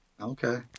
Okay